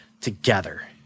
together